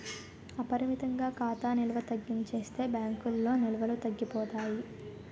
అపరిమితంగా ఖాతా నిల్వ తగ్గించేస్తే బ్యాంకుల్లో నిల్వలు తగ్గిపోతాయి